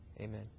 Amen